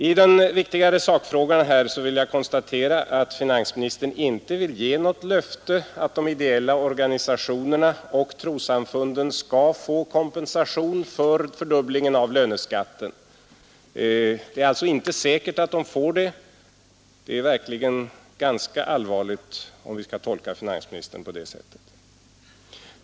I den viktigare sakfrågan vill jag konstatera att finansministern inte vill ge något löfte om att de ideella organisationerna och trossamfunden skall få kompensation för fördubblingen av löneskatten. Det är alltså inte säkert att de får det; det är verkligen ganska allvarligt, om vi skall tolka finansministern på det sättet.